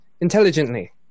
intelligently